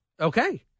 Okay